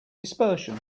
dispersion